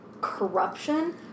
corruption